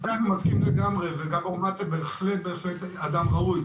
עם זה אני מסכים לגמרי וגאבור מאטה הוא בהחלט אדם ראוי,